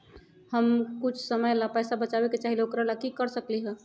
हम कुछ समय ला पैसा बचाबे के चाहईले ओकरा ला की कर सकली ह?